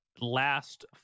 last